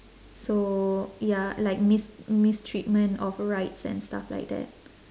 so ya like mis~ mistreatment of rights and stuff like that